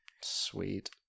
Sweet